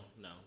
no